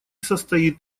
состоит